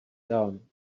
down